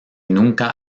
nunca